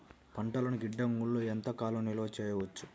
పంటలను గిడ్డంగిలలో ఎంత కాలం నిలవ చెయ్యవచ్చు?